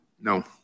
No